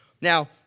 Now